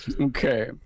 Okay